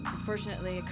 Unfortunately